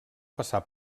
passar